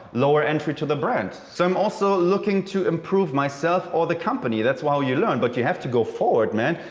lower entry to the brand. so i'm also looking to improve myself or the company. that's while you learn, but you have to go forward, man.